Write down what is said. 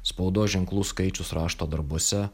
spaudos ženklų skaičius rašto darbuose